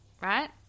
right